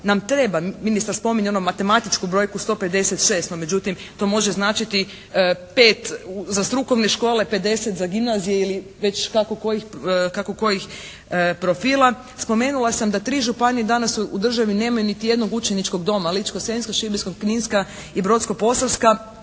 nam treba. Ministar spominje onu matematičku brojku 156, no međutim to može značiti 5 za strukovne škole, 50 za gimnazije ili već kako kojih profila. Spomenula sam da tri županije danas u državi nemaju niti jednog učeničkog doma: Ličko-senjska, Šibensko-kninska i Brodsko-posavska.